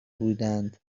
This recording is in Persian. بودند